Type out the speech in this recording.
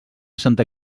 santa